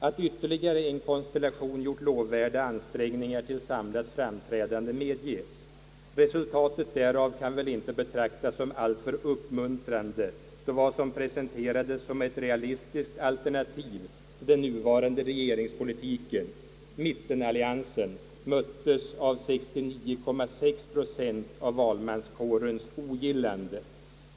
Att ytterligare en konstellation gjort lovvärda ansträngningar till samlat framträdande medges. Resultatet därav kan inte betraktas som alltför uppmuntrande, då vad som presenterades som ett realistiskt alternativ till den nuvarande regeringspolitiken, mittenalliansen, möttes av 69,6 procent av valmanskårens ogillande.